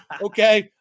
Okay